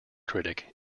critic